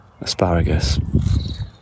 asparagus